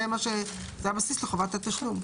זה הבסיס לחובת התשלום.